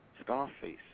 Scarface